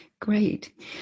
Great